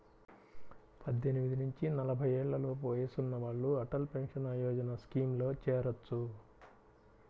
పద్దెనిమిది నుంచి నలభై ఏళ్లలోపు వయసున్న వాళ్ళు అటల్ పెన్షన్ యోజన స్కీమ్లో చేరొచ్చు